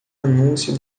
anúncio